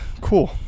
Cool